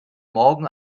morgen